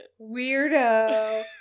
weirdo